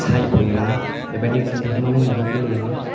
सायख'योमोन बेबायदि जों थाखोमालायनायखौ गेलेयोमोन